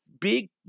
big